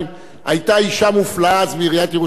היתה אשה מופלאה אז בעיריית ירושלים,